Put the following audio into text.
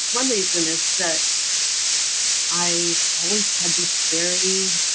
one reason is that i've always had this very